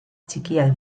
txikiak